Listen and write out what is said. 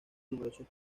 numerosos